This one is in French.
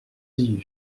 dis